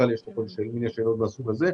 שאלות מהסוג הזה.